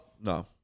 No